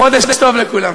חודש טוב לכולם.